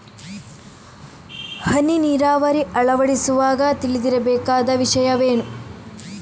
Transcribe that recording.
ಹನಿ ನೀರಾವರಿ ಅಳವಡಿಸುವಾಗ ತಿಳಿದಿರಬೇಕಾದ ವಿಷಯವೇನು?